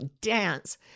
dance